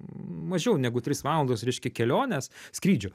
mažiau negu trys valandos reiškia kelionės skrydžio